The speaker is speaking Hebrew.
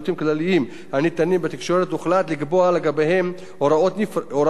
הניתנים בתקשורת הוחלט לקבוע לגביהם הוראה נפרדת,